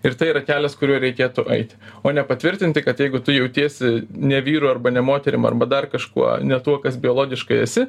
ir tai yra kelias kuriuo reikėtų eit o ne patvirtinti kad jeigu tu jautiesi ne vyru arba ne moterim arba dar kažkuo ne tuo kas biologiškai esi